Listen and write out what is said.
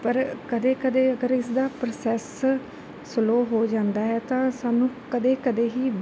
ਪਰ ਕਦੇ ਕਦੇ ਅਗਰ ਇਸਦਾ ਪ੍ਰੋਸੈਸ ਸਲੋ ਹੋ ਜਾਂਦਾ ਹੈ ਤਾਂ ਸਾਨੂੰ ਕਦੇ ਕਦੇ ਹੀ